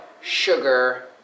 Sugar